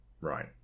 Right